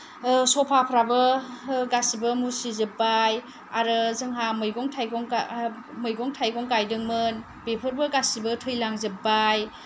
सफाफ्राबो गासैबो मुसिजोब्बाय आरो जोंहा मैगं थाइगं मैगं थाइगं गायदोंमोन बेफोरबो गासैबो थैलांजोब्बाय